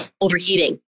overheating